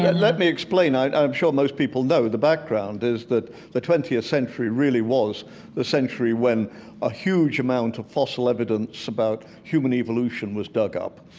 let me explain. i'm sure most people know the background is that the twentieth century really was the century when a huge amount of fossil evidence about human evolution was dug up.